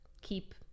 keep